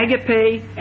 Agape